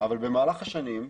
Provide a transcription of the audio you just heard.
אבל במהלך השנים,